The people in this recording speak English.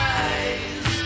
eyes